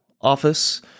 office